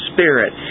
Spirit